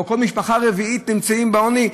או כל משפחה רביעית נמצאת בעוני,